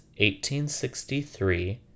1863